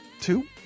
two